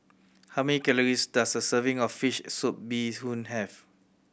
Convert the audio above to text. how many calories does a serving of fish soup bee hoon have